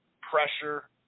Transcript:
pressure